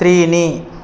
त्रीणि